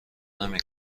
نمی